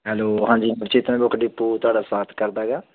hello ਹਾਂਜੀ Chetan book depot ਤੁਹਾਡਾ ਸਵਾਗਤ ਕਰਦਾ ਹੈਗਾ